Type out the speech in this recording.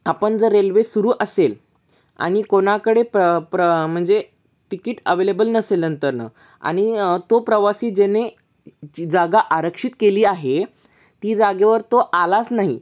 आपण जर रेल्वे सुरू असेल आणि कोणाकडे प्र प्र म्हणजे तिकीट अवेलेबल नसेल नंतरनं आणि तो प्रवासी जेणे जी जागा आरक्षित केली आहे ती जागेवर तो आलाच नाही